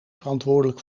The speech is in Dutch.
verantwoordelijk